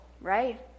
right